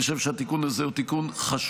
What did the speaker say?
אני חושב שהתיקון הזה הוא תיקון חשוב,